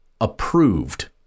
approved